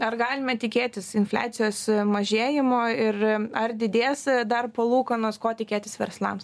ar galime tikėtis infliacijos mažėjimo ir ar didės dar palūkanos ko tikėtis verslams